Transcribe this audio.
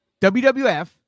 WWF